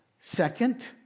Second